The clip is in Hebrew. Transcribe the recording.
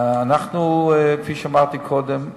כפי שאמרתי קודם,